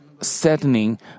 saddening